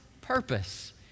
purpose